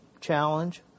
challenge